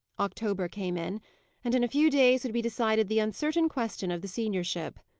october came in and in a few days would be decided the uncertain question of the seniorship.